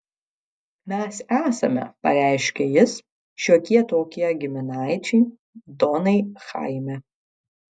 mes esame pareiškė jis šiokie tokie giminaičiai donai chaime